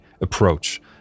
approach